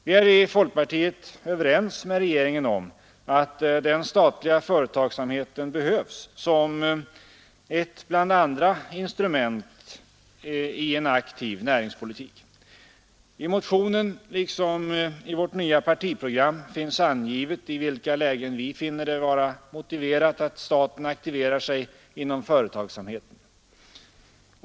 Vi är i folkpartiet överens med regeringen om att den statliga företagsamheten behövs som ett bland andra instrument i en aktiv näringspolitik. I motionen liksom i vårt nya partiprogram finns angivet i vilka lägen vi finner det vara motiverat att staten aktiverar sig inom företagsamheten.